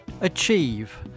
achieve